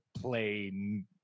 play